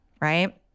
right